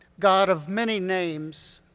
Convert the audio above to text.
god of many names,